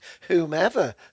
whomever